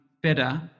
Better